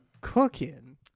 cooking